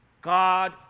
God